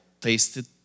tasted